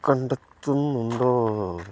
കണ്ടെത്തുന്നുണ്ടോ